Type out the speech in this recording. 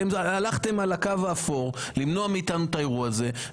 הלכתם על הקו האפור, למנוע מאתנו את האירוע הזה.